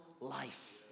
life